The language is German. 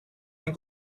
ein